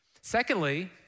Secondly